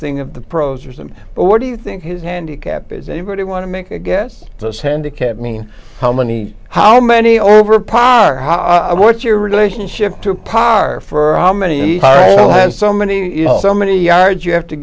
thing of the pros or something but what do you think his handicap is anybody want to make a guess this handicap i mean how many how many over par how i want your relationship to par for how many and so many so many yards you have to